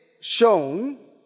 shown